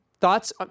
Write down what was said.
thoughts